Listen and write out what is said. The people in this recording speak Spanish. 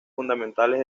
fundamentales